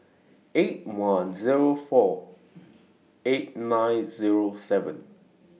eight one Zero four eight nine Zero seven